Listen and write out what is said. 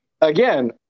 again